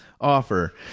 offer